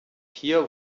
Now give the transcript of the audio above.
hier